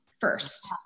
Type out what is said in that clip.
first